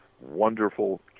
wonderful